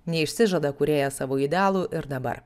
neišsižada kūrėjas savo idealų ir dabar